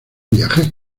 viaje